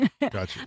Gotcha